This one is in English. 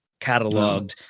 cataloged